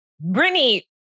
Brittany